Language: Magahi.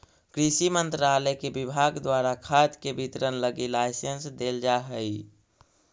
कृषि मंत्रालय के विभाग द्वारा खाद के वितरण लगी लाइसेंस देल जा हइ